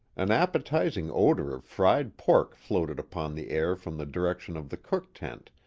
an appetizing odor of fried pork floated upon the air from the direction of the cook tent,